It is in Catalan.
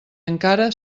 encara